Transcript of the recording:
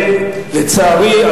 לצערי,